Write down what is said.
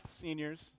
seniors